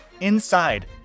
Inside